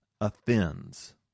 offends